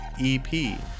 EP